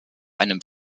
einem